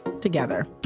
together